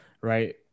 right